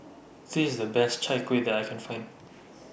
This IS The Best Chai Kueh that I Can Find